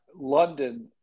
London